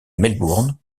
melbourne